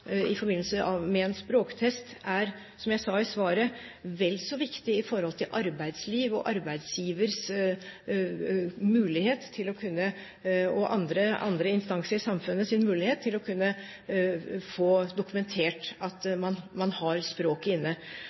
i forbindelse med en språktest er, som jeg sa i svaret, vel så viktig for at arbeidslivet, arbeidsgiver og andre instanser i samfunnet kan få dokumentert at man har språket inne. Jeg har også lyst til å